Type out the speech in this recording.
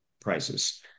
prices